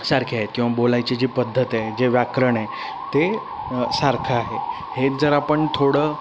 सारखे आहेत किंवा बोलायची जी पद्धत आहे जे व्याकरण आहे ते सारखं आहे हेच जर आपण थोडं